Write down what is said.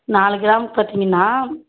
நாலு கிராம் பார்த்தீங்கன்னா